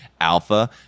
alpha